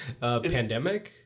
pandemic